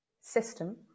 system